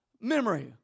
memory